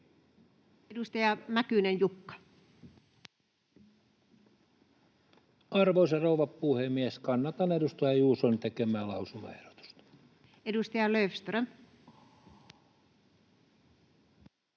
Edustaja Mäkynen, Jukka. Arvoisa rouva puhemies! Kannatan edustaja Juuson tekemää lausumaehdotusta. Edustaja Löfström.